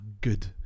good